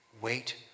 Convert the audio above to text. Wait